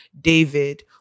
David